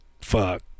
Fuck